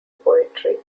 poetry